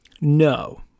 no